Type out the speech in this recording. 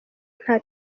nta